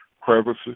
crevices